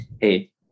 hey